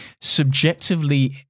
subjectively